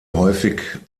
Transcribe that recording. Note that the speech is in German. häufig